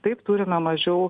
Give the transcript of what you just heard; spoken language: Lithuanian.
taip turime mažiau